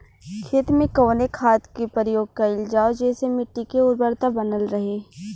खेत में कवने खाद्य के प्रयोग कइल जाव जेसे मिट्टी के उर्वरता बनल रहे?